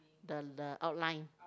the the outline